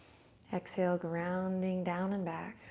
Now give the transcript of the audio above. exhale grounding down and back.